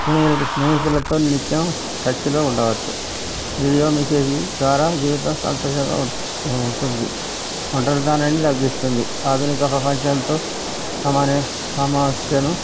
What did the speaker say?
స్నేహి స్నేహితులతో నిత్యం టచ్లో ఉండవచ్చు వీడియో మెసేజీ ద్వారా జీవితం సంతోషంగా ఉంటుంది ఒంటరితనాన్ని తగ్గిస్తుంది ఆధునిక ప్రపంచంతో సమాన్య సమస్యను